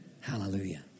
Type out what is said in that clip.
Hallelujah